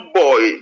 boy